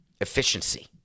efficiency